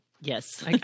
Yes